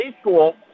school